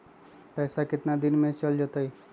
पैसा कितना दिन में चल जतई?